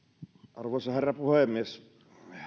arvoisa herra puhemies